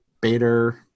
Bader